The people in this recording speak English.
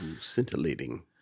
Scintillating